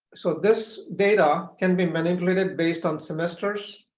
so this data can be mitigated based on semesters,